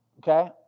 Okay